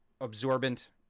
absorbent